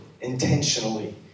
intentionally